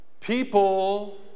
people